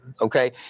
Okay